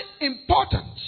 important